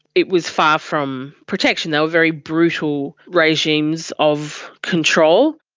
it was far from protection. they were very brutal regimes of control.